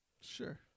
Sure